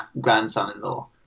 grandson-in-law